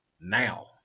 now